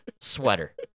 sweater